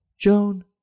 Joan